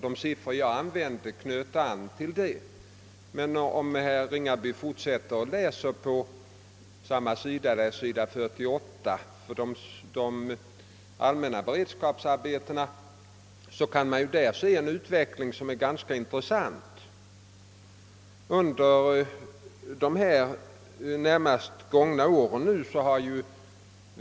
De siffror jag angivit knyter också an till verksamheten i dess helhet. Men om herr Ringaby fortsätter att läsa på sidan 48 i bilaga 13 till statsverkspropositionen 1969, skall han finna en ganska intressant utveckling av de allmänna beredskapsarbetena.